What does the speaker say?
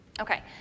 Okay